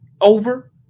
over